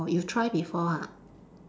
orh you try before ah